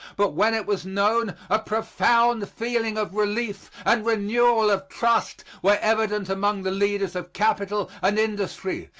but when it was known, a profound feeling of relief and renewal of trust were evident among the leaders of capital and industry,